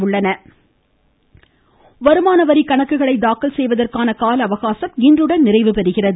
மமமமம வருமான வரி வருமான வரி கணக்குகளை தாக்கல் செய்வதற்கான கால அவகாசம் இன்றுடன் நிறைவு பெறுகிறது